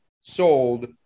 sold